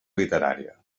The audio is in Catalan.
literària